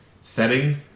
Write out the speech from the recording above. setting